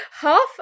half